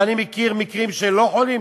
ואני מכיר מקרים שהם לא חולים